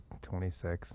26